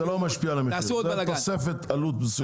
אבל זה לא משפיע על המחיר, זה תוספת עלות מסוימת.